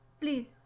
Please